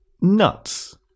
nuts